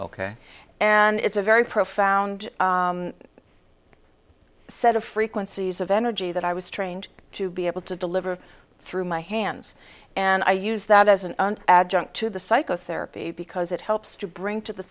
ok and it's a very profound set of frequencies of energy that i was trained to be able to deliver through my hands and i use that as an adjunct to the psychotherapy because it helps to bring to the